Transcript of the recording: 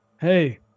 Hey